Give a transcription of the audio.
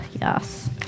yes